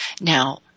Now